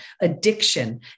addiction